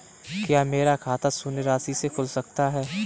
क्या मेरा खाता शून्य राशि से खुल सकता है?